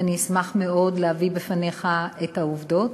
ואשמח מאוד להביא בפניך את העובדות,